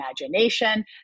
imagination